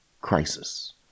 crisis